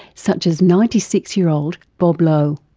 such as ninety six year old bob lowe.